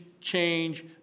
change